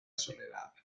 soledad